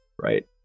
right